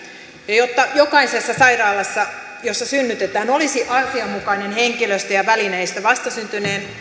jotta jokaisessa sairaalassa jossa synnytetään olisi asianmukainen henkilöstö ja välineistö vastasyntyneen